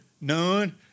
none